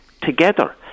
together